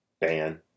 ban